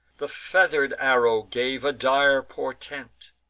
the feather'd arrow gave a dire portent,